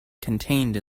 contained